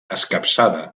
escapçada